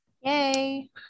Yay